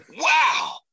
wow